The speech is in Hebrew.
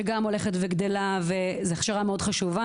שגם הולכת וגדלה וזו הכשרה מאוד חשובה.